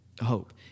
hope